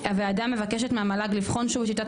הוועדה מבקשת המועצה להשכלה גבוהה לבחון שוב את שיטת